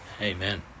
Amen